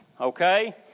okay